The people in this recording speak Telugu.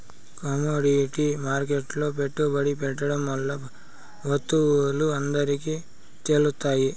కమోడిటీ మార్కెట్లో పెట్టుబడి పెట్టడం వల్ల వత్తువులు అందరికి తెలుత్తాయి